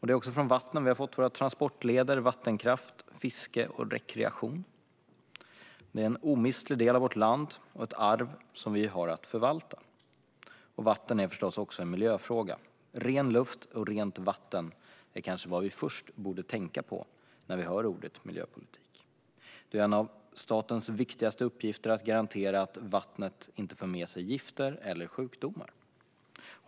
Det är också från vattnen vi har fått transportleder, vattenkraft, fiske och rekreation. Vattnen är en omistlig del av vårt land och ett arv vi har att förvalta. Vatten är förstås också en miljöfråga - ren luft och rent vatten är kanske vad vi först borde tänka på när vi hör ordet "miljöpolitik". Det är en av statens viktigaste uppgifter att garantera att vattnet inte för med sig gifter eller sjukdomar.